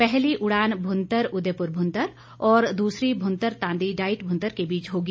पहली उड़ान भुंतर उदयपुर भुंतर और दूसरी भुंतर तांदी डाईट भुंतर के बीच होंगी